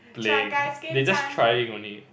playing they just trying only